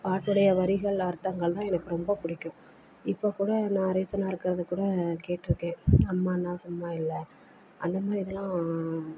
பாட்டோடைய வரிகள் அர்த்தங்கள்லாம் எனக்கு ரொம்ப பிடிக்கும் இப்போது கூட நான் ரீசென்னாக இருக்கிறது கூட கேட்டுருக்கேன் அம்மானா சும்மா இல்லை அந்த மாதிரிலாம்